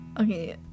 Okay